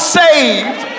saved